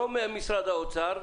לא מהמשרד האוצר.